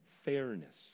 fairness